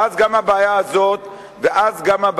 ואז גם הבעיה הזאת תיפתר.